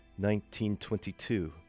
1922